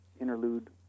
interlude